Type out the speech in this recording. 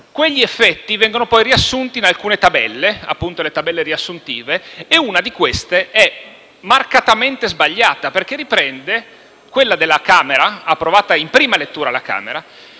Quegli effetti vengono poi riassunti in alcune tabelle, per l'appunto le tabelle riassuntive, e una di queste è marcatamente sbagliata, perché riprende quella approvata in prima lettura alla Camera.